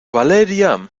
valeria